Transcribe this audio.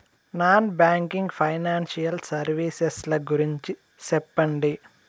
Non banking financial services ల గురించి సెప్పండి?